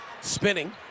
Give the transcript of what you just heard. spinning